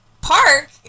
Park